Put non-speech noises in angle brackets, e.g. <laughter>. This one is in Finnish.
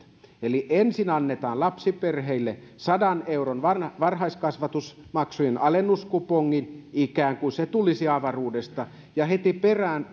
eli ensin annetaan lapsiperheille sadan euron varhaiskasvatusmaksujen alennuskuponki ikään kuin se tulisi avaruudesta ja heti perään <unintelligible>